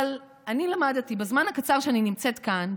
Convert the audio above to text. אבל אני למדתי בזמן הקצר שאני נמצאת כאן,